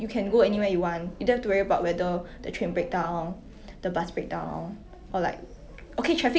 mm but it's not not in the sense that like 很有钱 or like 很 like 很有钱 lah I don't think I'm looking for that